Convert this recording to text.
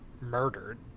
murdered